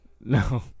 No